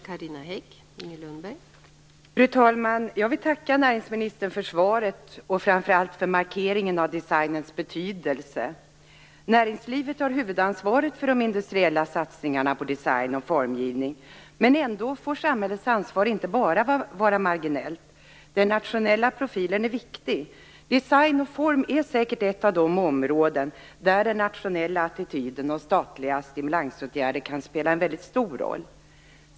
Fru talman! Jag vill tacka näringsministern för svaret och framför allt för markeringen av designens betydelse. Näringslivet har huvudansvaret för de industriella satsningarna på design och formgivning, men samhällets ansvar får inte bara vara marginellt. Den nationella profilen är viktig. Design och form är säkert ett av de områden där den nationella attityden och statliga stimulansåtgärder kan spela en väldigt stor roll.